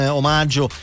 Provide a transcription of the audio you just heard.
omaggio